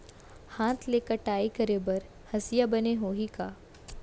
हाथ ले कटाई करे बर हसिया बने होही का?